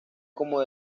como